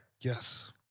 Yes